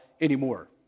anymore